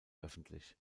öffentlich